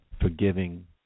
forgiving